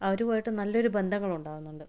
അവരുമായിട്ട് നല്ലൊരു ബന്ധങ്ങള് ഉണ്ടാകുന്നുണ്ട്